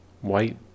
white